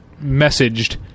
messaged